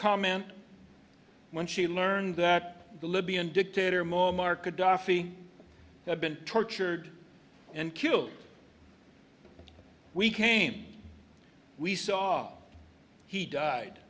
comment when she learned that the libyan dictator moammar gadhafi had been tortured and killed we came we saw he died